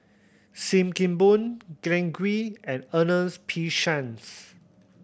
Sim Kee Boon Glen Goei and Ernest P Shanks